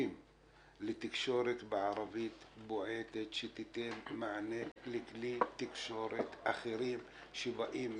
לתקשורת בועטת בערבית שתיתן מענה לכלי תקשורת אחרים שבאים מבחוץ.